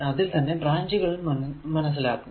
അതിൽ തന്നെ ബ്രാഞ്ചുകൾ മനസിലാക്കുന്നു